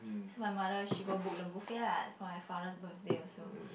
so my mother she go book the buffet lah for my father's birthday also